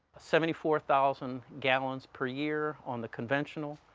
seventy four thousand gallons per year on the conventional,